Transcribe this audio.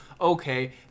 okay